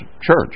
church